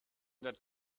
that